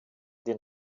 den